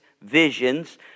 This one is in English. visions